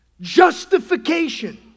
justification